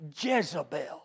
Jezebel